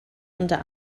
unter